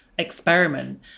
Experiment